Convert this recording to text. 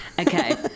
Okay